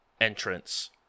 entrance